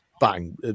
bang